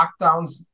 lockdowns